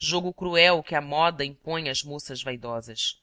jogo cruel que a moda impõe às moças vaidosas